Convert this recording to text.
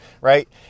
right